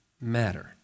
matter